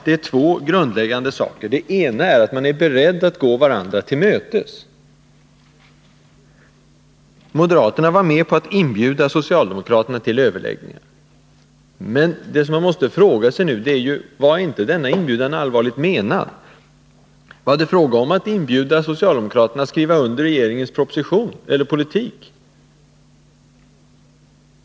Det är två grundläggande krav härvidlag. Det ena är att vi är beredda att gå varandra till mötes. Moderaterna var med på att inbjuda socialdemokraterna till överläggningar. Men det som man måste fråga sig nu är: Var inte denna inbjudan allvarligt menad? Var det fråga om att inbjuda socialdemokraterna att skriva under regeringens proposition eller politik?